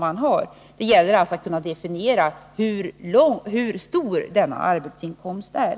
Det Nr 112 gäller alltså att kunna definiera hur stor denna arbetsinkomst är.